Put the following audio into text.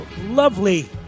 lovely